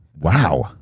Wow